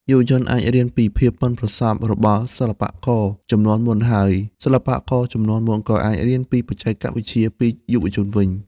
យុវជនអាចរៀនពីភាពប៉ិនប្រសប់របស់សិល្បករជំនាន់មុន ហើយសិល្បករជំនាន់មុនក៏អាចរៀនពីបច្ចេកវិទ្យាពីយុវជនវិញ។